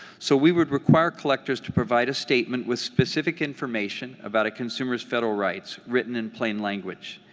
so we would require collectors to provide a statement with specific information about a consumer's federal rights written in plain language.